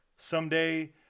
someday